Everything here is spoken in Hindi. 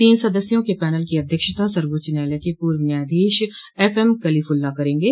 तीन सदस्यों के पैनल की अध्यक्षता सर्वोच्च न्यायालय के पूर्व न्यायाधीश एफएम कलीफुल्ला करेंगे